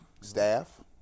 staff